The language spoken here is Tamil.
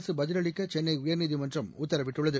அரசு பதிலளிக்க சென்னை உயர்நீதிமன்றம் உத்தரவிட்டுள்ளது